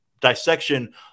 Dissection